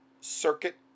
circuit